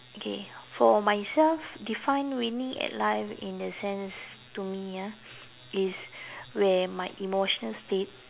okay for myself define winning at life in the sense to me ah is where my emotional state